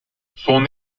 son